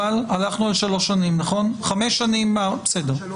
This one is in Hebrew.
לדעתי זה לא עומד בפרמטרים חוקתיים.